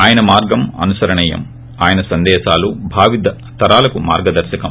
ఆయన మార్గం అనుసరణీయం ఆయన సందేశాలు భావితరాలకు మార్గదర్పకం